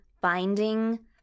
binding